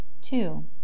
two